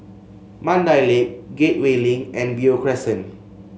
Mandai Lake Gateway Link and Beo Crescent